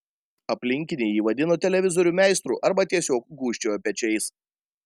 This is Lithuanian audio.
aplinkiniai jį vadino televizorių meistru arba tiesiog gūžčiojo pečiais